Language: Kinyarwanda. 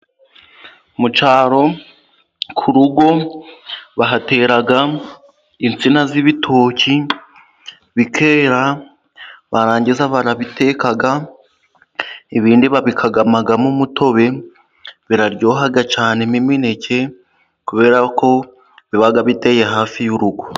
Mu cyaro, ku rugo bahatera insina z'ibitoki, bikera, barangiza barabiteka, ibindi babikamamo umutobe, biraryoha cyane, imineke kubera ko biba biteye hafi y'urugo.